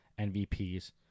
MVPs